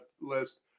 list